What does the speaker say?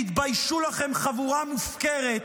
תתביישו לכם, חבורה מופקרת.